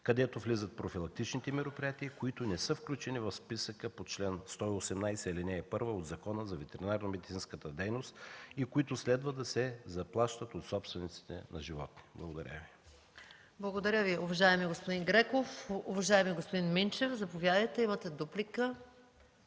където влизат профилактичните мероприятия, които не са включени в списъка по чл. 118, ал. 1 от Закона за ветеринарномедицинската дейност и които следва да се заплащат от собствениците на животни. Благодаря Ви. ПРЕДСЕДАТЕЛ МАЯ МАНОЛОВА: Благодаря Ви, уважаеми господин Креков. Уважаеми, господин Минчев, заповядайте, имате дуплика.